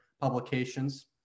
publications